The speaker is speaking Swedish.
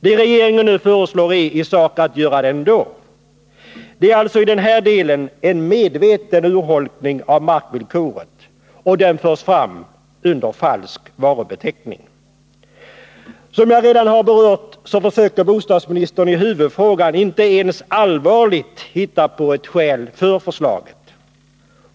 Vad regeringen nu föreslår i sak är att det ändå skall göras. Det är alltså i den här delen fråga om en medveten urholkning av markvillkoret. Den förs fram under falsk varubeteckning. Som jag redan har nämnt försöker bostadsministern i huvudfrågan inte ens på allvar finna ett skäl för förslaget.